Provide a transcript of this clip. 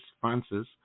Francis